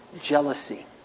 jealousy